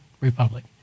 Republic